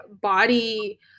body